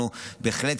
אנחנו בהחלט,